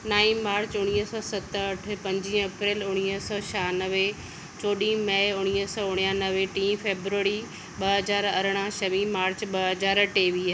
नव मार्च उणिवीह सौ सतहठि पंज अप्रैल उणिवीह सौ छ्हानवे चौॾहं मै उणिवीह सौ उणानवे टे फैब्ररी ॿ हज़ार अरिड़हं छवीह मार्च ॿ हज़ार टेवीह